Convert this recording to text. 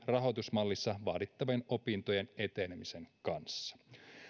rahoitusmallissa vaadittavien opintojen etenemisen kanssa